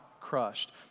crushed